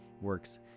works